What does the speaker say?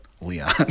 Leon